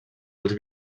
els